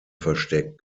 versteckt